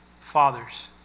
fathers